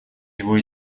его